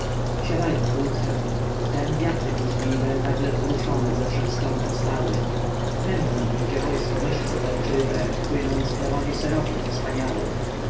siadają w łódkę wtem wiatry burzliwe nagle wzruszone ze wszech stron powstały pędzą gdzie wojsko myszy zapalczywe płynąc prowadzi serowind wspaniały